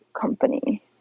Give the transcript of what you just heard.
company